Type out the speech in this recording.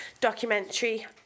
Documentary